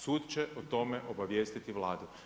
Sud će o tome obavijestiti Vladu.